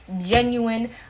genuine